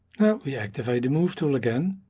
we activate the move tool again